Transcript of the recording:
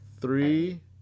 Three